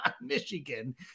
michigan